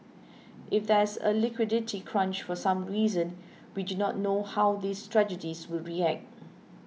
if there's a liquidity crunch for some reason we do not know how these strategies would react